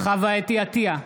חוה אתי עטייה,